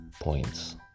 points